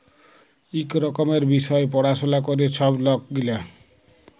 ইক রকমের বিষয় পাড়াশলা ক্যরে ছব লক গিলা